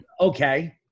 okay